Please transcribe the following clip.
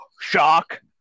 shock